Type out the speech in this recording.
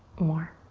more.